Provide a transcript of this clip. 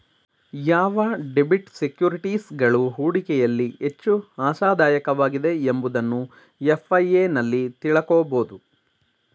ಯಾವ ಡೆಬಿಟ್ ಸೆಕ್ಯೂರಿಟೀಸ್ಗಳು ಹೂಡಿಕೆಯಲ್ಲಿ ಹೆಚ್ಚು ಆಶಾದಾಯಕವಾಗಿದೆ ಎಂಬುದನ್ನು ಎಫ್.ಐ.ಎ ನಲ್ಲಿ ತಿಳಕೋಬೋದು